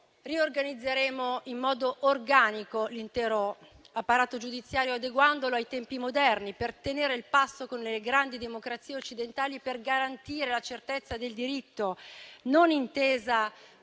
riorganizzeremo in modo organico l'intero apparato giudiziario, adeguandolo ai tempi moderni per tenere il passo con le grandi democrazie occidentali e garantire la certezza del diritto, intesa